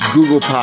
Google